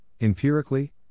empirically